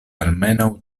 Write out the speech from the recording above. almenaŭ